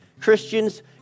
Christians